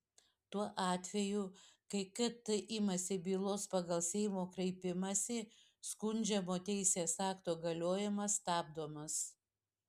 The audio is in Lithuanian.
tuo atveju kai kt imasi bylos pagal seimo kreipimąsi skundžiamo teisės akto galiojimas stabdomas